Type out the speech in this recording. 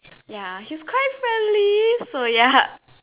ya he's quite friendly so ya